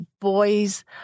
boys